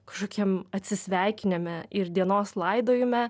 kažkokiam atsisveikinime ir dienos laidojime